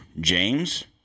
James